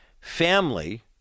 Family